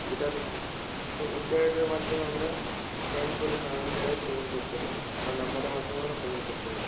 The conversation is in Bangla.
যেটার সব ইন্টারনেটের মাধ্যমে আমরা স্ক্যান করে নানান জায়গায় পেমেন্ট করতে পারি বা নম্বরের মাধ্যমে আমরা পেমেন্ট করতে পারি